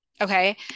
Okay